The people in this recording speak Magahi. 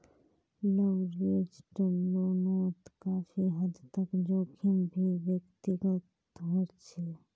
लवरेज्ड लोनोत काफी हद तक जोखिम भी व्यक्तिगत होचे